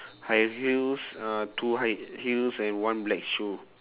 high heels uh two high heels and one black shoe